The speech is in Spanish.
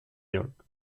york